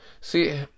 See